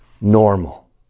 normal